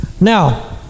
Now